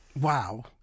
Wow